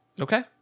Okay